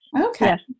Okay